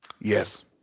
Yes